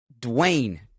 Dwayne